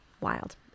Wild